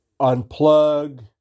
unplug